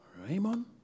Raymond